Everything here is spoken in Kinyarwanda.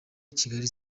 kigali